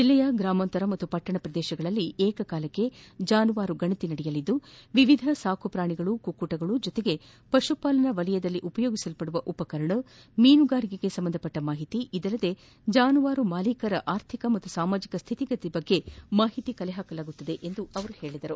ಜಿಲ್ಲೆಯ ಗ್ರಾಮಾಂತರ ಮತ್ತು ಪಟ್ಟಣ ಪ್ರದೇಶಗಳಲ್ಲಿ ಏಕಕಾಲಕ್ಕೆ ಜಾನುವಾರು ಗಣತಿ ನಡೆಯಲಿದ್ದು ವಿವಿಧ ಸಾಕು ಪ್ರಾಣಿಗಳು ಕುಕ್ಕು ಟಗಳು ಜೊತೆಗೆ ಪಶುಪಾಲನಾ ವಲಯದಲ್ಲಿ ಉಪಯೋಗಿಸಲ್ಪಡುವ ಉಪಕರಣಗಳು ಮೀನುಗಾರಿಕೆಗೆ ಸಂಬಂಧಿಸಿದ ಮಾಹಿತಿ ಇದಲ್ಲದೇ ಜಾನುವಾರು ಮಾಲೀಕರ ಆರ್ಥಿಕ ಮತ್ತು ಸಾಮಾಜಿಕ ಸ್ಥಿತಿಗತಿಗಳ ಬಗ್ಗೆ ಮಾಹಿತಿ ಸಂಗ್ರಹಿಸಲಾಗುವುದು ಎಂದು ಅವರು ತಿಳಿಸಿದ್ದಾರೆ